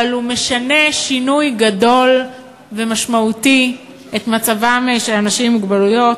אבל הוא משנה שינוי גדול ומשמעותי את מצבם של אנשים עם מוגבלויות,